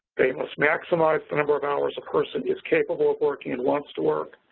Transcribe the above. they must maximize the number of hours a person is capable of working and wants to work.